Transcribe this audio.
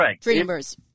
dreamers